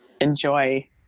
enjoy